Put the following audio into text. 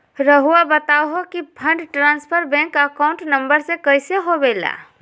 रहुआ बताहो कि fund transfer bank account number में कैसे होबेला?